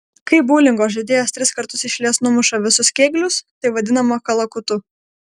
kai boulingo žaidėjas tris kartus iš eilės numuša visus kėglius tai vadinama kalakutu